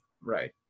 right